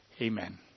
Amen